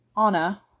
Anna